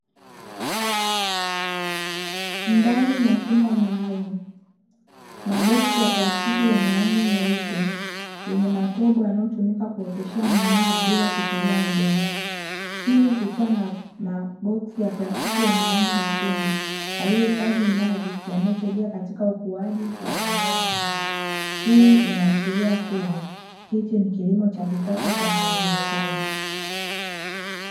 Ndani ya chumba maalumu, maboksi ya plastiki yenye rangi nyeupe yenye matobo inayotumika kuoteshea mimea bila kutumia udongo. Chini kukiwa na maboski ya plastiki yenye rangi nyekundu, yaliyohifadhi maji yanayosaidia katika ukuaji wa mimea hiyo. Hii inaashiria kuwa hichi ni kilimo cha kisasa cha haidroponi.